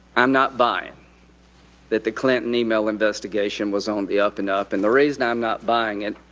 i'm not buying that the clinton email investigation was on the up-and-up, and the reason i'm not buying it,